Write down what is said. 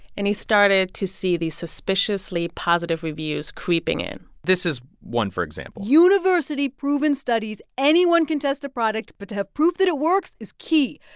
and he started to see these suspiciously positive reviews creeping in this is one, for example university-proven studies anyone can test a product, but to have proof that it works is key.